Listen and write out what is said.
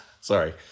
sorry